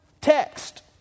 text